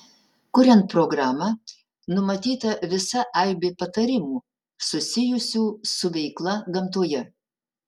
kuriant programą numatyta visa aibė patarimų susijusių su veikla gamtoje